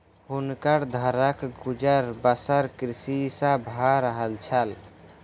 हुनकर घरक गुजर बसर कृषि सॅ भअ रहल छल